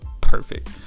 perfect